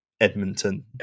Edmonton